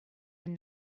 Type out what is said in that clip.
and